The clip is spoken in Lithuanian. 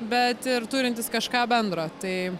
bet ir turintys kažką bendro tai